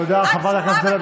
תתביישי לך.